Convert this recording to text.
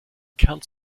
kern